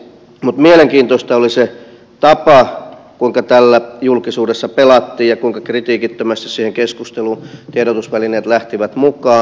mutta mielenkiintoista oli se tapa kuinka tällä julkisuudessa pelattiin ja kuinka kritiikittömästi siihen keskusteluun tiedotusvälineet lähtivät mukaan